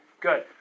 good